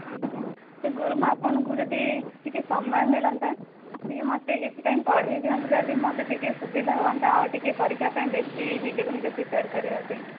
ଆଜ୍ଞା ଗୁରୁମା ଆପଣଙ୍କୁ ଯଦି ଟିକିଏ ସମୟ ମିଳନ୍ତା ଆସିକି ମୋତେ କିଛି ଟାଇମ୍ ପଢ଼ାଇ ଦିଅନ୍ତେ ଯଦି ମୋତେ ଟିକିଏ ସୁବିଧା ହୁଅନ୍ତା ଆଉ ଟିକିଏ ପରୀକ୍ଷା ପାଇଁ ବେଶୀ ନିଜକୁ ନିଜେ ପ୍ରିପେୟାର୍ କରିବା ପାଇଁ